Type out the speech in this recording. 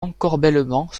encorbellement